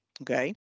okay